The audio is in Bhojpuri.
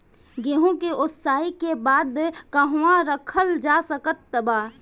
गेहूँ के ओसाई के बाद कहवा रखल जा सकत बा?